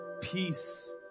peace